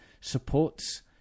supports